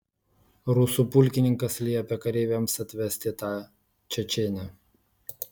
rusų pulkininkas liepė kareiviams atvesti tą čečėnę